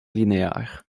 linéaire